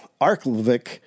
Arklevik